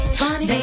funny